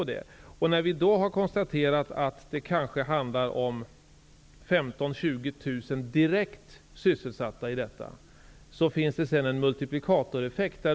Det handlar kanske om 15 000--20 000 direkt sysselsatta. Sedan finns det en också multiplikatoreffekt.